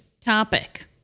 topic